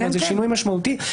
זה שינוי משמעותי,